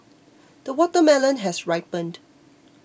the watermelon has ripened